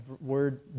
word